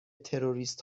تروریست